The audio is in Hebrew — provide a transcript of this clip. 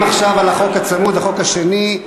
היא: 26 בעד, חמישה מתנגדים ושני נמנעים.